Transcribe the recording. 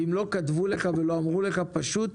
ואם לא כתבו לך ולא אמרו לך, פשוט